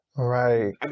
Right